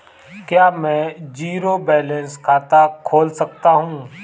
क्या मैं zero balance खाता खोल सकता हूँ?